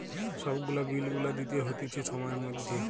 সব গুলা বিল গুলা দিতে হতিছে সময়ের মধ্যে